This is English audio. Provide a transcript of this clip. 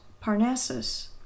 Parnassus